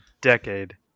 Decade